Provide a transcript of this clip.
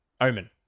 Omen